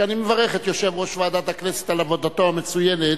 ואני מברך את יושב-ראש ועדת הכנסת על עבודתו המצוינת,